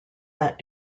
that